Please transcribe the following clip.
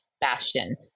bastion